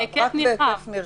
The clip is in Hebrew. "בהיקף נרחב".